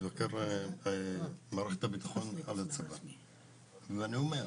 אני אומר,